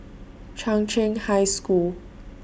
Chung Cheng High School